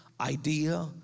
idea